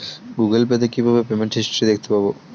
Google pay তে কিভাবে payment history দেখতে পারবো?